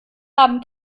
haben